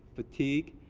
fatigue,